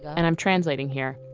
and i'm translating here,